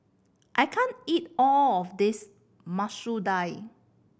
I can't eat all of this Masoor Dal